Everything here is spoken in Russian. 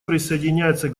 присоединяется